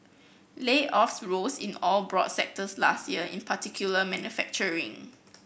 layoffs rose in all broad sectors last year in particular manufacturing